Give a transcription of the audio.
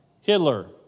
Hitler